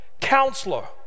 Counselor